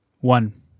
One